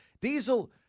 Diesel